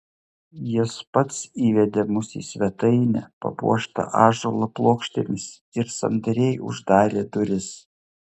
jis pats įvedė mus į svetainę papuoštą ąžuolo plokštėmis ir sandariai uždarė duris